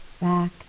back